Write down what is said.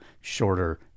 shorter